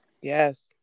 Yes